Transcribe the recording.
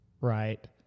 right